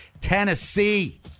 Tennessee